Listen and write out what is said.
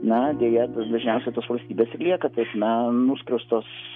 na deja tos dažniausiai tos valstybės ir lieka taip na nuskriaustos